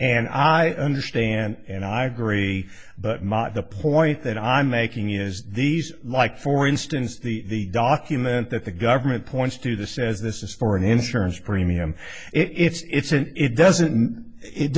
and i understand and i agree but the point that i'm making is these like for instance the document that the government points to the says this is for an insurance premium it's an it doesn't it